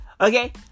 Okay